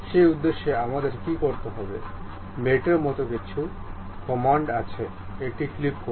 সে উদ্দেশ্যে আমাদের কী করতে হবে মেট এর মতো কিছু কমান্ড আছে এটি ক্লিক করুন